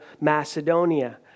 Macedonia